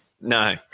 No